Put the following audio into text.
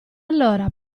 allora